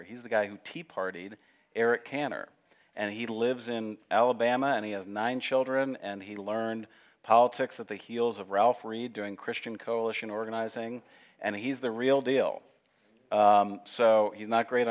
or he's the guy who tea party to eric cantor and he lives in alabama any of nine children and he learned politics at the heels of ralph reed doing christian coalition organizing and he's the real deal so he's not great